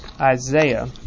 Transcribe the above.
Isaiah